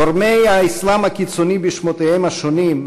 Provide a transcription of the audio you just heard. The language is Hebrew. גורמי האסלאם הקיצוני בשמותיהם השונים,